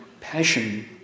passion